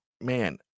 man